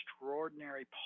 extraordinary